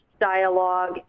dialogue